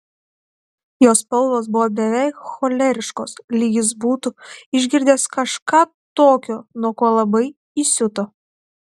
jo spalvos buvo beveik choleriškos lyg jis būtų išgirdęs kažką tokio nuo ko labai įsiuto